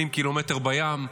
80 ק"מ בים.